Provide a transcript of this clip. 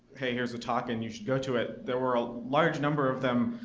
hey, here's a talk and you should go to it, there were a large number of them,